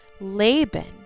Laban